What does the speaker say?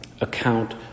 account